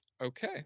okay